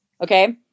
Okay